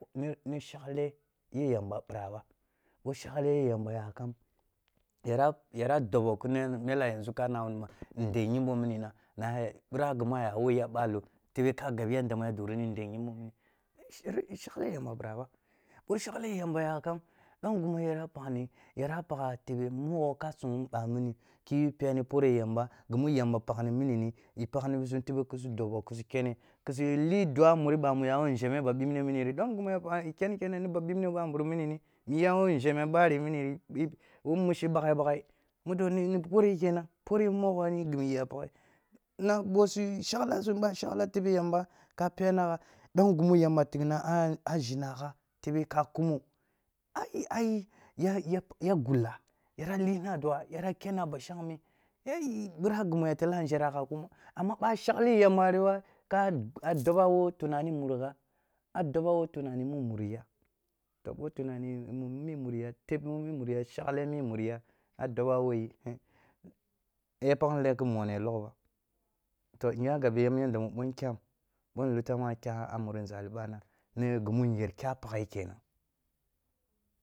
Ni-ni shagle ye yamna birea ba, bo shagle ye yamba yak am, yara yara adobo ki mele yanzu ka nu wani ma nde yimbo mini na na bira guru aga wayi a balo tebe ka gab yadda mma duri ni nde yunbo mini shagle yamba bira ba. Bo shagle yamba yakam, dom gumu yara pakj ni, yara pakha tebe mogho ka sung ba mini kiyu peni pore yamba, ginu yamba pakhni minini i pakh ni bisum tebe ki su dobo kisu kene kisu li dua a muri bamu ya nzheme ba bibne mini ri, dom gimu ya bakkunni kene nib a bibne bambarum mini iyawo nzhare bari mini ni bi wo might ba ghaiba ghai mud oni pore kenan, pore mogho nig imu iya pakhe na ɓo si shagla sum, ba shagla tebe yamba ka pen agha dom gumu yamba tighni a-a zhenang gha tebe ka kumo ae-ai ya-ya gulla, yara lina dua, yara kenna ba shagime, bira gima ya tella nnzhera gha kuma. Amma ba shagh yamba rib a, kaa doba wo tunani muri gha a doba wo tunani mu muriya, to bo tunani mu mimuriya, teb mu mi muriya shagle mu mimuriya a do ba woyi ya pakni leng ki mono ya logh ba to nyaa gabe yandi mu bo nkyam bo nutam a kya muri nzali ban ani gimu nyer kya pakhe kenan